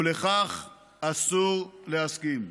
ולכך אסור להסכים.